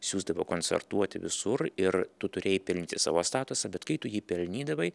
siųsdavo koncertuoti visur ir tu turėjai pelnyti savo statusą bet kai tu jį pelnydavai